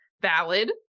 valid